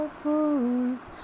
fools